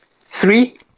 Three